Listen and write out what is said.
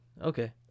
Okay